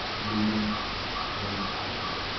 brooding vampire.